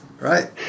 right